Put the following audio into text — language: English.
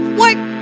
work